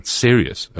serious